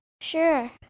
sure